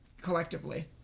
collectively